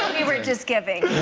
we're just giving